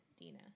Dina